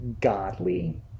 godly